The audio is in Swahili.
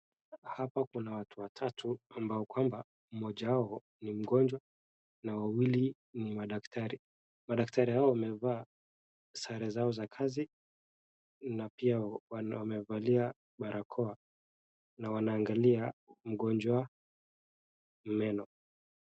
Hapa kuna watu watatu ambao kwamba mmoja wao ni mgonjwa na wawili ni madaktari. Madaktari hao wamevaa sare zao za kazi na pia wamevaa barakoa na wanaangalia mgonjwa meno.